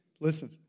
listen